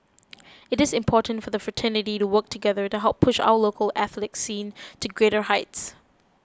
it is important for the fraternity to work together to help push our local Athletics scene to greater heights